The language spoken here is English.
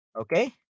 Okay